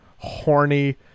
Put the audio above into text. horny